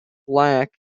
plaque